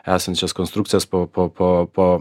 esančias konstrukcijas po po po po